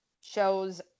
shows